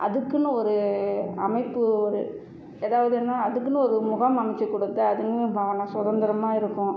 அதுக்குன்னு ஒரு அமைப்பு ஒரு ஏதாவதுனா அதுக்குன்னு ஒரு முகாம் அமைச்சி கொடுத்தா அதுங்களும் பாவம் எல்லாம் சுதந்திரமா இருக்கும்